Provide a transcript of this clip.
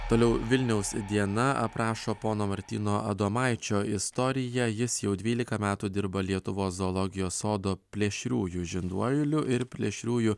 toliau vilniaus diena aprašo pono martyno adomaičio istoriją jis jau dvylika metų dirba lietuvos zoologijos sodo plėšriųjų žinduolių ir plėšriųjų